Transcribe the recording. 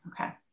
Okay